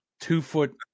two-foot